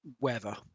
weather